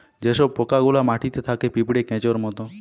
যে সব পোকা গুলা মাটিতে থাকে পিঁপড়ে, কেঁচোর মত